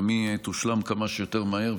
גם היא תושלם כמה שיותר מהר,